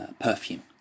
perfume